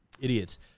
idiots